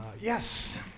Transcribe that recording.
Yes